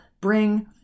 bring